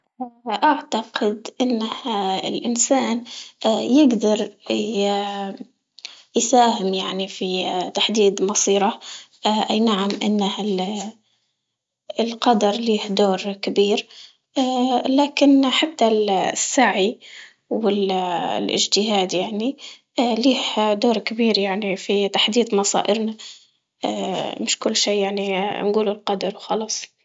أعتقد إنه الإنسان يقدر ي- يساهم يعني في تحديد مصيره أي نعم إنه ال- القدر ليه دور كبير، لكن حتى ال- السعي وال- الاجتهاد، يعني ليه دور كبير يعني في تحديد مصائرنا، مش كل شي يعني نقول القدر وخلص.